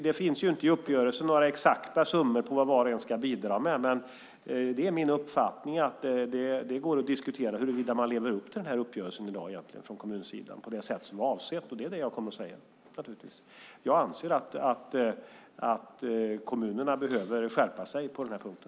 Det finns inte i uppgörelsen några exakta summor som var och en ska bidra med, men det är min uppfattning att det går att diskutera huruvida man i dag lever upp till den här uppgörelsen från kommunsidan. Det är naturligtvis det jag kommer att säga. Jag anser att kommunerna behöver skärpa sig på den här punkten.